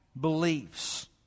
beliefs